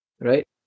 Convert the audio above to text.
right